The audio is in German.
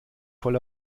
voll